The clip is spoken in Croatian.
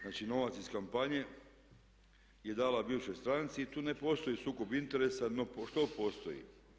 Znači, novac iz kampanje je dala bivšoj stranci i tu ne postoji sukob interesa, no što postoji?